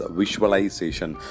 visualization